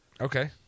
Okay